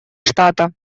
штата